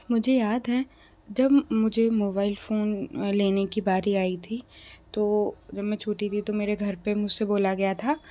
मुझे याद है जब मुझे मोबाइल फोन लेने की बारी आई थी तो जब मैं छोटी थी तो मेरे घर पर मुझे बोला गया था